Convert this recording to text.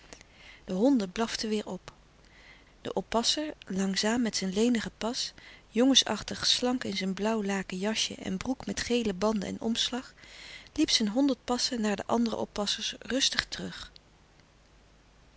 de honden blaften weêr op de oppasser langzaam met zijn lenigen pas jongensachtig slank in zijn blauw laken jasje en broek met gele banden en omslag liep zijn honderd passen naar de andere oppassers rustig terug